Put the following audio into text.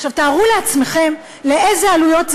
עכשיו תארו לעצמכם לאיזה עלויות זה